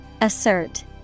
Assert